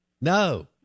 No